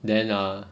then err